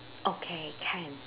okay can